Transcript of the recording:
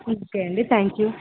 okay అండి thank you